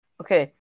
Okay